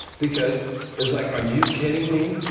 because it was like, are you kidding me?